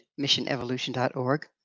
missionevolution.org